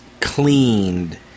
cleaned